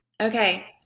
Okay